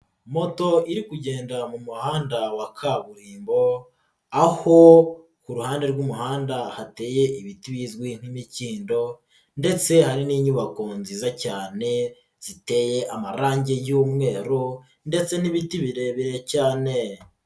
Moto iri kugenda mu muhanda wa kaburimbo aho ku ruhande rw'umuhanda hateye ibiti bizwi nk'imikindo ndetse hari n'inyubako nziza cyane ziteye amarangi y'umweru ndetse n'ibiti birebire cyane.